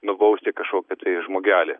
nubausti kažkokį žmogelį